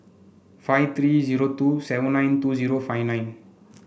five three zero seven nine two zero five nine